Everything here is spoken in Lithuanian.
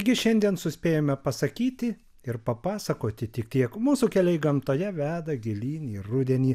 gi šiandien suspėjome pasakyti ir papasakoti tik tiek mūsų keliai gamtoje veda gilyn į rudenį